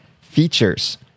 Features